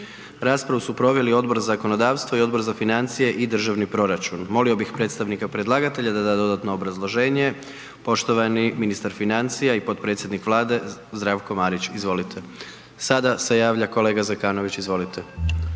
Raspravu su proveli Odbor za zakonodavstvo i Odbor za financije i državni proračun. Molio bih predstavnika predlagatelja da da dodatno obrazloženje. Poštovani ministar financija i potpredsjednik Vlade Zdravko Marić, izvolite. Sada se javlja kolega Zekanović, izvolite.